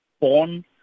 born